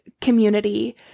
community